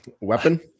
weapon